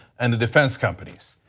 and the defense companies.